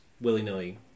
willy-nilly